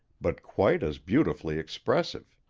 but quite as beautifully expressive.